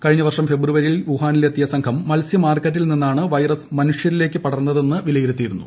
കഴിഞ്ഞ വർഷം ഫെബ്രുവരിയിൽ വുഹാനിലെത്തിയ സംഘം മത്സ്യ മാർക്കറ്റിൽ നിന്നാണ് വൈറസ് മനുഷ്യരിലേക്ക് പടർന്നതെന്ന് വ്യിരുത്തിയിരുന്നു